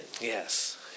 Yes